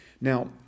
Now